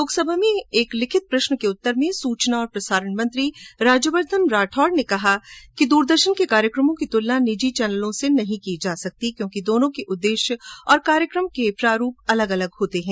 लोकसभा में एक लिखित प्रश्न के उत्तर में सुचना और प्रसारण मंत्री राज्यवर्धन राठौड ने कहा कि दूरदर्शन के कार्यक्रमों की तुलना निजी चैनलों से नहीं की जा सकती क्योंकि दोनों के उद्देश्य और कार्यक्रम के प्रारूप अलग अलग होते हैं